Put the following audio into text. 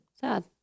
Sad